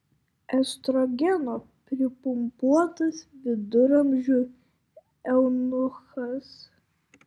estrogeno pripumpuotas viduramžių eunuchas